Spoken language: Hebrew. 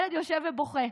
הילד יושב ובוכה.